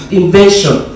invention